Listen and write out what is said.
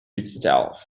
itself